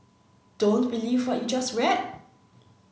don't believe what you just read